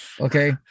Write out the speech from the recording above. Okay